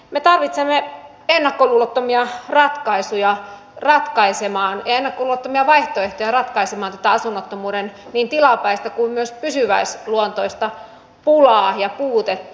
me tarvitsemme ennakkoluulottomia ratkaisuja ja ennakkoluulottomia vaihtoehtoja ratkaisemaan tätä asuntojen niin tilapäistä kuin myös pysyväisluonteista pulaa ja puutetta